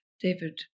David